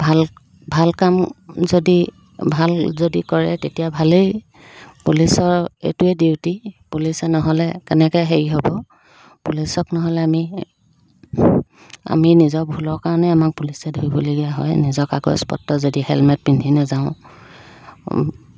ভাল ভাল কাম যদি ভাল যদি কৰে তেতিয়া ভালেই পুলিচৰ এইটোৱে ডিউটি পুলিচে নহ'লে কেনেকৈ হেৰি হ'ব পুলিচক নহ'লে আমি আমি নিজৰ ভুলৰ কাৰণে আমাক পুলিচে ধৰিবলগীয়া হয় নিজৰ কাগজপত্ৰ যদি হেলমেট পিন্ধি নেযাওঁ